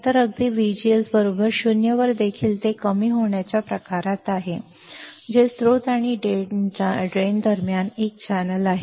तर अगदी VGS 0 वर देखील जे कमी होण्याच्या प्रकारात आहे जे स्त्रोत आणि ड्रेन दरम्यान एक चॅनेल आहे